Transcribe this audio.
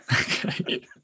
Okay